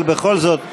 אבל בכל זאת נחזור,